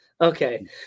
Okay